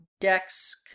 Decks